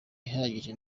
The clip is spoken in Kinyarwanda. ihagije